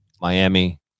Miami